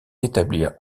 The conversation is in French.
d’établir